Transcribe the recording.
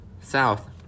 South